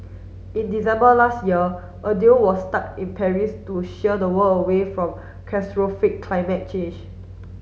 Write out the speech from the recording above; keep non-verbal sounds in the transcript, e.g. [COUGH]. in December last year a deal was stuck in Paris to [UNINTELLIGIBLE] the world away from catastrophic climate change